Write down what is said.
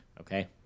okay